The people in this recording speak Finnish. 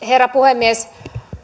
herra puhemies